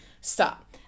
Stop